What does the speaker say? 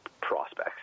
prospects